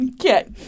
Okay